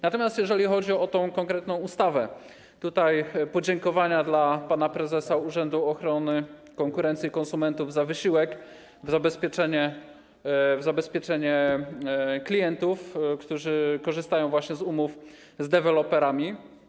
Natomiast jeżeli chodzi o tę konkretną ustawę - podziękowania dla pana prezesa Urzędu Ochrony Konkurencji i Konsumentów za wysiłek włożony w zabezpieczenie klientów, którzy korzystają właśnie z umów z deweloperami.